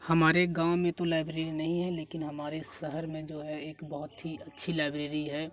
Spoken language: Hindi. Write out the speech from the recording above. हमारे गाँव में तो लाइब्रेरी नहीं है लेकिन हमारे शहर में जो है एक बहुत ही अच्छी लाइब्रेरी है